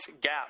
gap